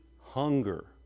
hunger